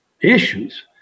issues